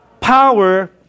power